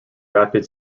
rapid